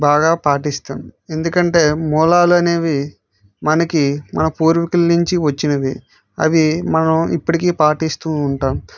బాగా పాటిస్తాం ఎందుకంటే మూలాలు అనేవి మనకి మన పూర్వీకుల నుంచి వచ్చినవి అవి మనం ఇప్పటికి పాటిస్తు ఉంటాం